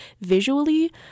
visually